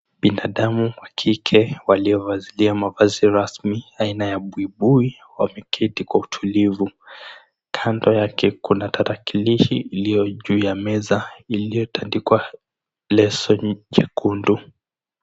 Binadamu wa kike waliovalia mavazi rasmi aina ya buibui wameketi kwa utulivu. Kando yake kuna tarakilishi iliyo juu ya meza iliyotandikwa leso jekundu.